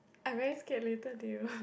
I very scared later they will